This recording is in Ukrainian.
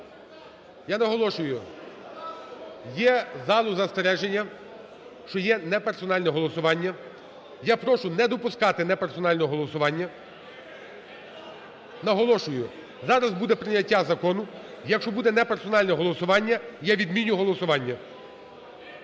я наголошую, є в зали застереження, що є неперсональне голосування, я прошу не допускати неперсонального голосування. Наголошую: зараз буде прийняття закону, якщо буде непересональне голосування я відміню голосування.